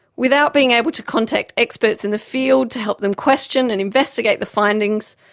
without being able to contact experts in the field to help them question and investigate the findings,